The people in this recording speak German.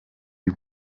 die